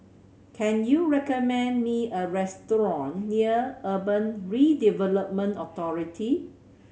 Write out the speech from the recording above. can you recommend me a restaurant near Urban Redevelopment Authority